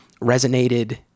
resonated